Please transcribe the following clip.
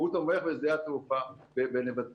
הוא תומך בשדה התעופה בנבטים.